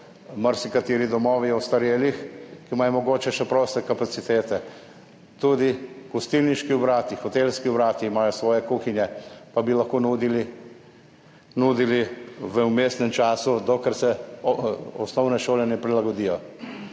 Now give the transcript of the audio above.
marsikateri domovi ostarelih, ki imajo mogoče še proste kapacitete, tudi gostilniški obrati, hotelski obrati imajo svoje kuhinje, pa bi lahko nudili v vmesnem času, dokler se osnovne šole ne prilagodijo.